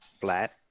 flat